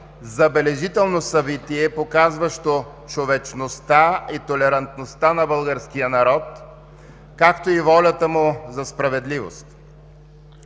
забележително събитие, показващо човечността и толерантността на българския народ, както и волята му за справедливост.